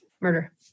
murder